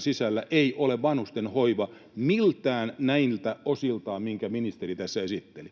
sisällä ei ole vanhustenhoivaa miltään näiltä osiltaan, mitkä ministeri tässä esitteli,